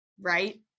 right